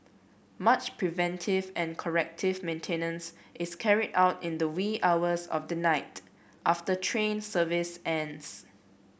much preventive and corrective maintenance is carried out in the wee hours of the night after train service ends